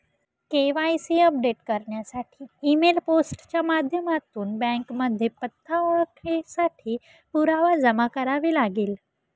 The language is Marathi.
के.वाय.सी अपडेट करण्यासाठी ई मेल, पोस्ट च्या माध्यमातून बँकेमध्ये पत्ता, ओळखेसाठी पुरावा जमा करावे लागेल